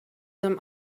them